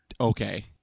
okay